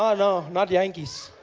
no, no not jantjies.